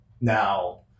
Now